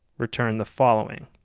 return the following.